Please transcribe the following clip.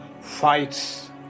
fights